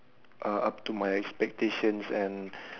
uh up to my expectations and